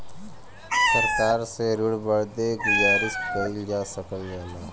सरकार से ऋण बदे गुजारिस कइल जा सकल जाला